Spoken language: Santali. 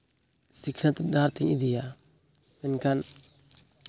ᱥᱤᱠᱷᱱᱟᱹᱛ ᱰᱟᱦᱟᱨᱛᱤᱧ ᱤᱫᱤᱭᱟ ᱢᱮᱱᱠᱷᱟᱱ